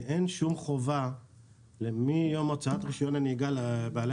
שאין שום חובה מיום הוצאת רישיון הנהיגה לבעלי